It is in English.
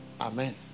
Amen